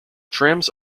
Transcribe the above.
trams